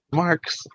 marks